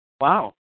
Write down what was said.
Wow